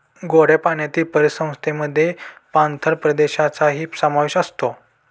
गोड्या पाण्यातील परिसंस्थेमध्ये पाणथळ प्रदेशांचाही समावेश असतो